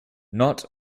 not